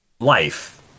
life